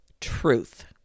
Truth